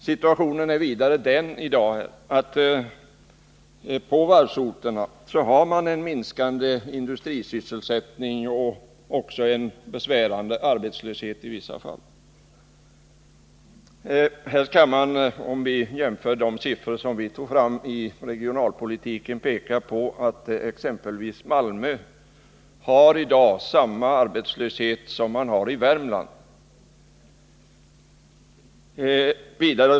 Situationen är vidare den att man på varvsorterna har en minskande industrisysselsättning liksom också en besvärande arbetslöshet. Där kan man, om man jämför de siffror som togs fram beträffande regionalpolitiken, peka på att exempelvis Malmö i dag har samma arbetslöshet som i Värmland.